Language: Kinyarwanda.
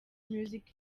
music